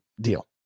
deal